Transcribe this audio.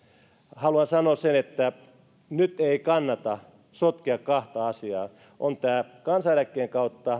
haluan sanoa sen että nyt ei kannata sotkea kahta asiaa on tämä kansaneläkkeen